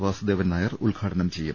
വാസുദേവൻ നായർ ഉദ്ഘാടനം ചെയ്യും